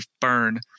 burn